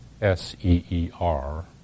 S-E-E-R